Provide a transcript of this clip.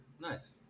Nice